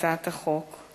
בהצעת החוק.